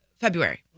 February